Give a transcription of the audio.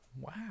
Wow